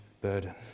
burden